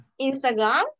Instagram